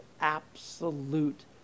absolute